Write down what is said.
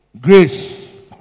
Grace